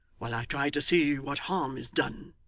while i try to see what harm is done